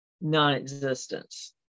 non-existence